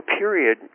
period